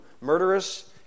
murderous